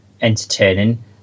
entertaining